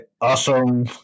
awesome